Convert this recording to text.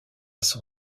son